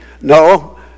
no